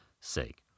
sake